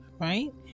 right